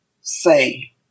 say